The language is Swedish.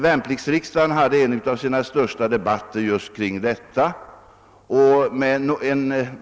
Värnpliktsriksdagen hade en av sina största debatter just kring detta.